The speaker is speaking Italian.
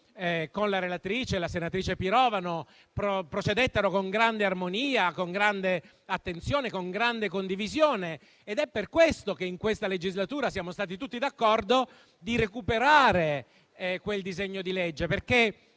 che i lavori, con la relatrice Pirovano, procedettero con grande armonia, attenzione e condivisione. Ed è per questo che in questa legislatura siamo stati tutti d'accordo nel recuperare quel disegno di legge. Tra